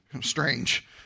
strange